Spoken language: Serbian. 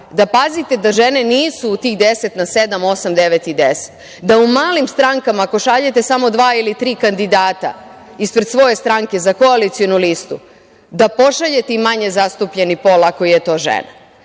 da pazite da žene nisu u tih deset na sedam, osam, devet i deset, da u malim strankama ako šaljete samo dva ili tri kandidata ispred svoje stranke za koalicionu listu da pošaljete i manje zastupljeni pol ako je to žena.I